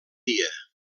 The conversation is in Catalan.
dia